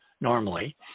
normally